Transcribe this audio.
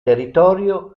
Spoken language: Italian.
territorio